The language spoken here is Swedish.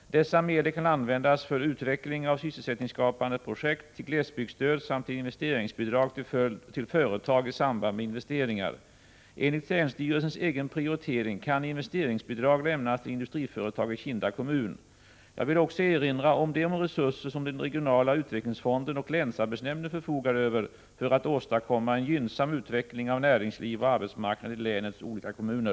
Dessa medel kan användas för utveckling av sysselsättningsskapande projekt, till glesbygdsstöd samt till investeringsbidrag till företag i samband med investeringar. Enligt länsstyrelsens egen prioriteing kan investeringsbidrag lämnas till industriföretag i Kinda kommun. Jag vill också erinra om de resurser som den regionala utvecklingsfonden och länsarbetsnämnden förfogar över för att åstadkomma en gynnsam utveckling av näringsliv och arbetsmarknad i länets olika kommuner.